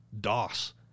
DOS